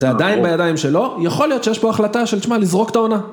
אתה עדיין בידיים שלו, יכול להיות שיש פה החלטה של, תשמע, לזרוק את העונה.